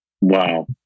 Wow